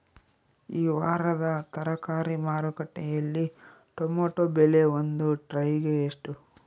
ಈ ವಾರದ ತರಕಾರಿ ಮಾರುಕಟ್ಟೆಯಲ್ಲಿ ಟೊಮೆಟೊ ಬೆಲೆ ಒಂದು ಟ್ರೈ ಗೆ ಎಷ್ಟು?